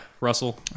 Russell